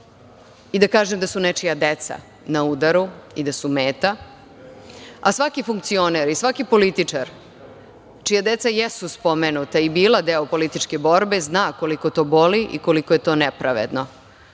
i da kažem da su nečija deca na udaru, i da su meta, a svaki funkcioner i svaki političar čija deca jesu spomenuta i bila deo političke borbe zna koliko to boli i koliko je to nepravedno.